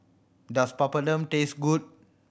does Papadum taste good